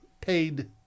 paid